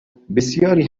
بسیاری